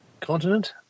continent